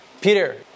Peter